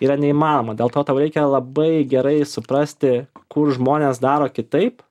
yra neįmanoma dėl to tau reikia labai gerai suprasti kur žmonės daro kitaip